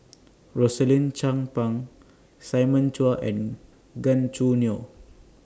Rosaline Chan Pang Simon Chua and Gan Choo Neo